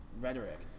rhetoric